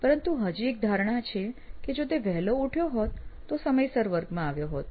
પરંતુ હજી એક ધારણા છે કે જો તેઓ વહેલા ઉઠ્યા હોત તો સમયસર વર્ગમાં આવ્યા હોત